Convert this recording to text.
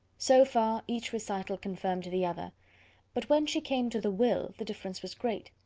so far each recital confirmed the other but when she came to the will, the difference was great.